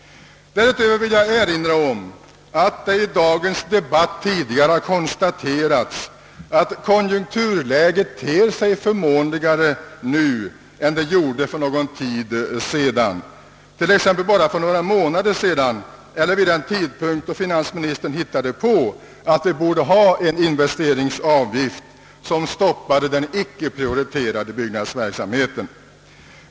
Därutöver vill jag erinra om att det tidigare i dagens debatt konstaterats att konjunkturläget ter sig förmånligare nu än för någon tid sedan, t.ex. bara för några månader sedan eller vid den tidpunkt då finansministern hittade på att vi borde ha en investeringsavgift som stoppade den icke prioriterade byggnadsverksamheten.